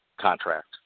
Contract